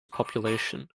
population